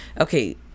Okay